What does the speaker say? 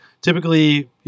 typically